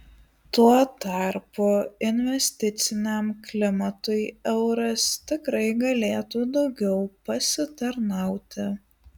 tuo tarpu investiciniam klimatui euras tikrai galėtų daugiau pasitarnauti